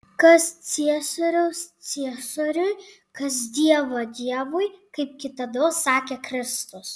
kas ciesoriaus ciesoriui kas dievo dievui kaip kitados sakė kristus